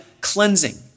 cleansing